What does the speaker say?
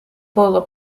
ბოლო